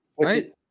right